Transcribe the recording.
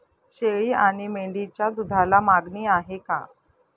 शेळी आणि मेंढीच्या दूधाला मागणी आहे का?